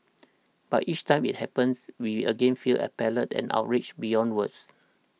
but each time it happens we again feel appalled and outraged beyond words